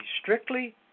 strictly